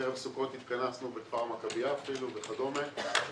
בערב סוכות התכנסנו בכפר המכבייה והבאנו